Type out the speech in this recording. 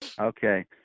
Okay